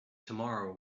tomorrow